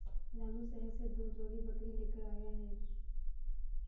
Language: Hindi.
रामू शहर से दो जोड़ी बकरी लेकर आया है